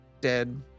dead